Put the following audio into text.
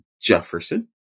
Jefferson